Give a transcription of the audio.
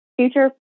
future